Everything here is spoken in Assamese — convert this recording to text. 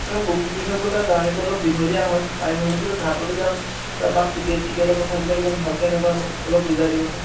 মেম বগীবিল হৈ গ'লে জাৰ্ণিটো অলপ দীঘলীয়া হয় আমি ভাবিছিলোঁ ঘাটে দি যাম তাৰপৰা টিকেট চিকেটৰ কথা বিলাক ইমান ভালকৈ নাজানো অলপ বুজাই দিবচোন